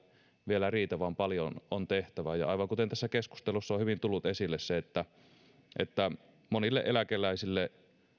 vielä riitä vaan paljon on tehtävä ja aivan kuten tässä keskustelussa on hyvin tullut esille niin monille eläkeläisille